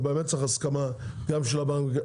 זה באמת צריך הסכמה גם של הבנק.